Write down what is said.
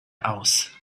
aus